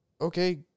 Okay